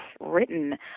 written